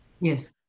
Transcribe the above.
Yes